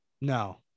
No